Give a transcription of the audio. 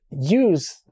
use